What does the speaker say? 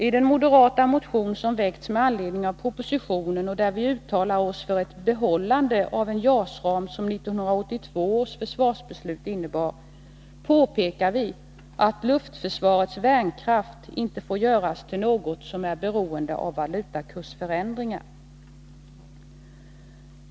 I den moderata motion, som väckts med anledning av propositionen och där vi uttalar oss för ett bibehållande av den JAS-ram, som 1982 års försvarsbeslut innebar, påpekar vi att luftförsvarets värnkraft inte får göras till något, som är beroende av valutakursförändringar.